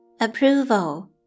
Approval